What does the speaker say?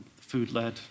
food-led